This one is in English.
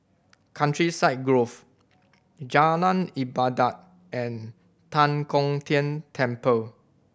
Countryside Grove Jalan Ibadat and Tan Kong Tian Temple